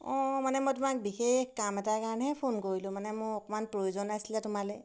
অঁ মানে মই তোমাক বিশেষ কাম এটাৰ কাৰণেহে ফোন কৰিলোঁ মানে মোৰ অকণমান প্ৰয়োজন আছিলে তোমালৈ